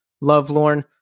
lovelorn